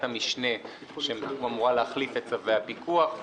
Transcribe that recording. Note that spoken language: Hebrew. המשנה שאמורה להחליף את צווי הפיקוח.